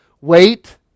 Wait